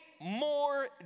more